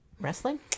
Wrestling